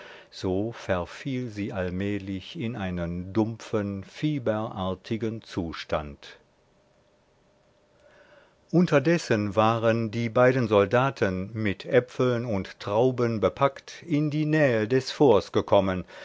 so verfiel sie allmählich in einen dumpfen fieberartigen zustand unterdessen waren die beiden soldaten mit äpfeln und trauben bepackt in die nähe des forts gekommen